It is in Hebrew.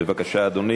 בבקשה, אדוני.